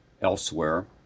elsewhere